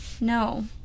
no